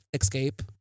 escape